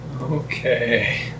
Okay